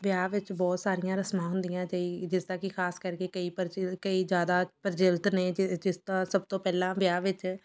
ਵਿਆਹ ਵਿੱਚ ਬਹੁਤ ਸਾਰੀਆਂ ਰਸਮਾਂ ਹੁੰਦੀਆਂ ਅਤੇ ਜਿਸ ਦਾ ਕਿ ਖਾਸ ਕਰਕੇ ਕਈ ਪਰਚੇ ਕਈ ਜ਼ਿਆਦਾ ਪਰਜਿਲਤ ਨੇ ਜਿ ਜਿਸ ਦਾ ਸਭ ਤੋਂ ਪਹਿਲਾਂ ਵਿਆਹ ਵਿੱਚ